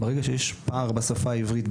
ברגע שיש פער בשפה העברית,